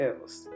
else